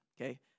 okay